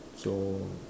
so